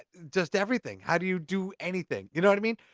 just everything. how do you do anything? you know what i mean?